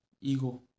ego